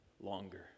longer